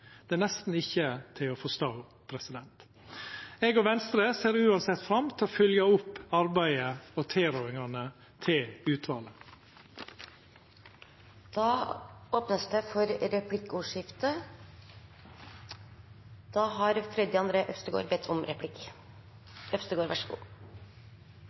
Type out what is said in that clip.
Det er nesten ikkje til å forstå. Eg og Venstre ser uansett fram til å fylgja opp arbeidet og tilrådingane til utvalet. Det blir replikkordskifte. I Norge har vi en tradisjon for